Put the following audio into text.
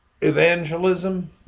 evangelism